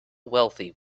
wealthy